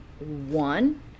one